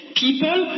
people